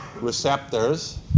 receptors